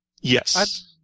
Yes